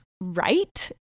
right